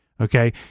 Okay